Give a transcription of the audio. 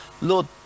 Lord